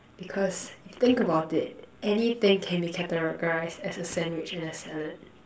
because think about it anything can be categorised as a sandwich and a salad